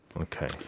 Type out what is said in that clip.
Okay